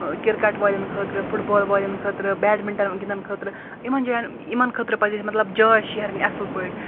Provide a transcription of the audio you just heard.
cricket والٮ۪ن خٲطرٕ football والٮ۪ن خٲطرٕ بیڈمِنٹَن گِنٛدان خٲطرٕ یِمَن جایَن یِمَن خٲطرٕ پَزِ اَسہِ مطلب جاے شہرٕنۍ اَصٕل پٲٹھۍ